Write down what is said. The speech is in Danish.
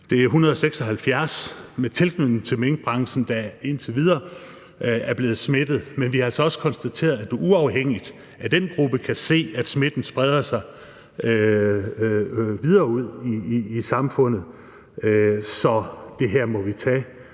Det er 176 med tilknytning til minkbranchen, der indtil videre er blevet smittet, men vi har altså også konstateret, at vi uafhængigt af den gruppe kan se, at smitten spreder sig videre ud i samfundet. Så det her må vi tage